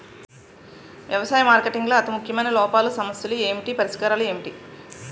వ్యవసాయ మార్కెటింగ్ లో అతి ముఖ్యమైన లోపాలు సమస్యలు ఏమిటి పరిష్కారాలు ఏంటి?